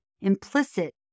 implicit